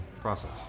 process